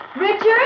Richard